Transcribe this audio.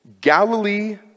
Galilee